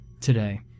Today